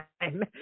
time